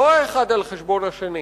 לא אחד על-חשבון השני,